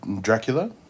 Dracula